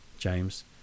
james